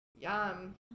Yum